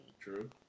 True